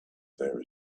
there